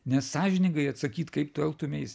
nes sąžiningai atsakyt kaip tu elgtumeis